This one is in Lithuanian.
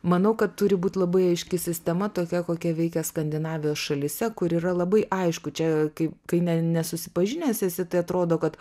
manau kad turi būt labai aiški sistema tokia kokia veikia skandinavijos šalyse kur yra labai aišku čia kaip kai ne nesusipažinęs esi tai atrodo kad